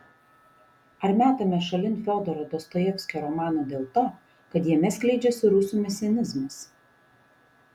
ar metame šalin fiodoro dostojevskio romaną dėl to kad jame skleidžiasi rusų mesianizmas